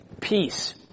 peace